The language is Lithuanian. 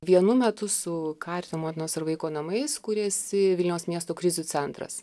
vienu metu su karito motinos ir vaiko namais kūrėsi vilniaus miesto krizių centras